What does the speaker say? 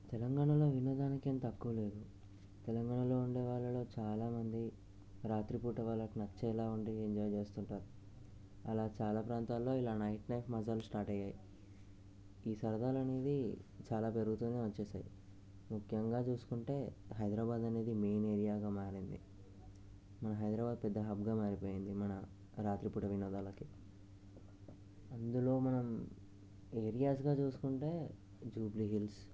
తెలంగాణలో వినోదానికి ఏం తక్కువ లేదు తెలంగాణలో ఉండేవాళ్ళలో చాలామంది రాత్రిపూట వాళ్ళకు నచ్చేలా ఉండి ఎంజాయ్ చేస్తుంటారు అలా చాలా ప్రాంతాల్లో ఇలా నైట్ లైఫ్ మజాలు స్టార్ట్ అయినాయి ఈ సరదాలు అనేది చాలా పెరుగుతు వచ్చాయి ముఖ్యంగా చూసుకుంటే హైదరాబాద్ అనేది మెయిన్ ఏరియాగా మారింది మన హైదరాబాద్ పెద్ద హబ్గా మారిపోయింది మన రాత్రిపూట వినోదాలకి అందులో మనం ఏరియాస్గా చూసుకుంటే జూబ్లీహిల్స్